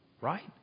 right